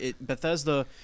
Bethesda